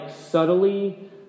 subtly